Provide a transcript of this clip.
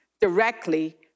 directly